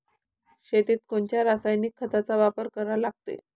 शेतीत कोनच्या रासायनिक खताचा वापर करा लागते?